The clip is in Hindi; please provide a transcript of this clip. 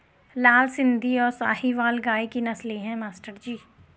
लाल सिंधी और साहिवाल गाय की नस्लें हैं मास्टर जी